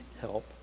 help